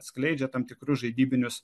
skleidžia tam tikrus žaidybinius